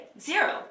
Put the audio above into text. zero